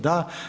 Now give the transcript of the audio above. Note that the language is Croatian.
Da.